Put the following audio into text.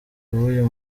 w’uyu